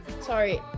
sorry